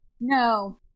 No